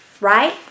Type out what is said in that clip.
right